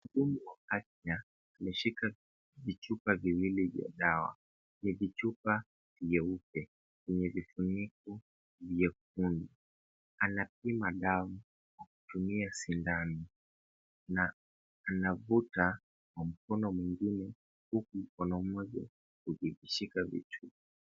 Mhudumu wa afya ameshika vichupa viwili vya dawa. Ni vichupa vyeupe, vyenye vifuniko vyekundu. Anapima dawa kwa kutumia sindano na anavuta kwa mkono mwingine, huku mkono mmoja ukishika vichupa.